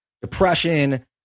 depression